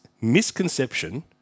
misconception